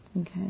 Okay